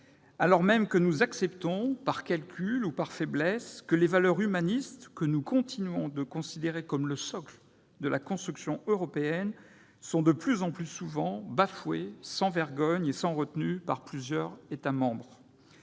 alors même que nous acceptons, par calcul ou par faiblesse, que les valeurs humanistes que nous continuons de considérer comme le socle de la construction européenne soient de plus en plus souvent bafouées, sans vergogne et sans retenue, par plusieurs États membres.